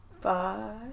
Five